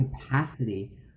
capacity